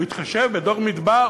הוא התחשב בדור המדבר,